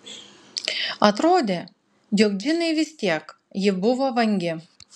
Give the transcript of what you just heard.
atrodė jog džinai vis tiek ji buvo vangi